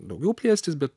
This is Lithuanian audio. daugiau plėstis bet